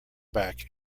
back